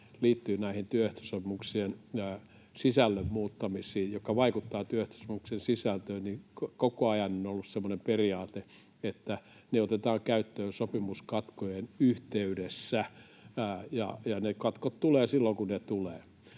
näihin työehtosopimuksien sisällön muuttamisiin, joka vaikuttaa työehtosopimuksen sisältöön. Koko ajan on ollut semmoinen periaate, että ne otetaan käyttöön sopimuskatkojen yhteydessä, ja ne katkot tulevat silloin, kun ne tulevat.